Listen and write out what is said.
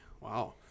wow